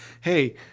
hey